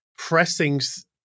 pressings